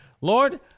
lord